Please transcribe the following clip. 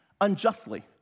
unjustly